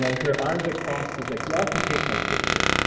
her arms are crossed as like, you all can take my picture.